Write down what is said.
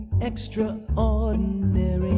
extraordinary